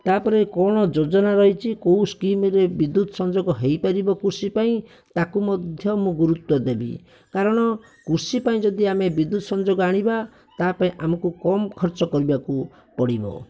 ତାପରେ କଣ ଯୋଜନା ରହିଛି କୋଉ ସ୍କିମରେ ବିଦ୍ୟୁତ ସଂଯୋଗ ହୋଇ ପାରିବ କୃଷି ପାଇଁ ତାକୁ ମଧ୍ୟ ମୁଁ ଗୁରୁତ୍ଵ ଦେବି କାରଣ କୃଷି ପାଇଁ ଯଦି ଆମେ ବିଦ୍ୟୁତ ସଂଯୋଗ ଆଣିବା ତା ପାଇଁ ଆମକୁ କମ ଖର୍ଚ୍ଚ କରିବାକୁ ପଡ଼ିବ